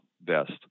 best